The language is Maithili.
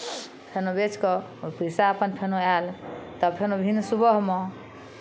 तहन बेचकऽ ओ पैसा अपन घरमे आयल तखन फेर सुबहमे